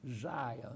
Zion